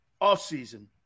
offseason